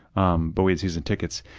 um but we season tickets,